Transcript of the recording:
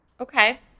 Okay